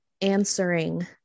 answering